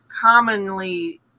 commonly